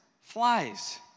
flies